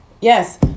Yes